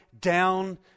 down